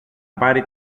πάρει